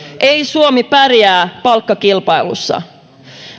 ei suomi pärjää palkkakilpailussa